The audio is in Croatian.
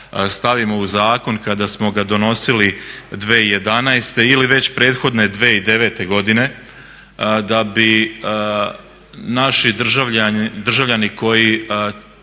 u zakon kada smo ga donosili 2011. ili već prethodne 2009. godine da bi naši državljani koji